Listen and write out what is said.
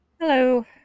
Hello